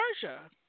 Persia